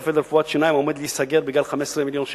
כשבית-ספר לרפואת שיניים עומד להיסגר בגלל 15 מיליון שקל,